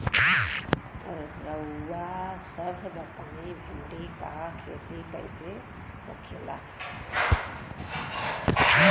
रउआ सभ बताई भिंडी क खेती कईसे होखेला?